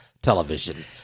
Television